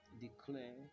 declare